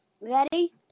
Ready